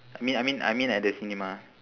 I mean I mean I mean at the cinema